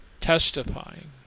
testifying